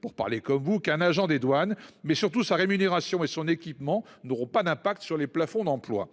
pour parler comme vous qu'un agent des douanes mais surtout sa rémunération mais son équipement n'auront pas d'impact sur les plafonds d'emplois